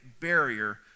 barrier